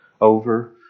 over